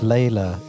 Layla